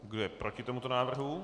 Kdo je proti tomuto návrhu?